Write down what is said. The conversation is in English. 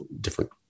different